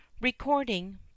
Recording